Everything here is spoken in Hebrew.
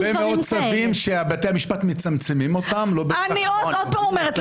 יש הרבה מאוד צווים שבתי המשפט מצמצמים --- אני עוד פעם אומרת,